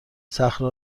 صخره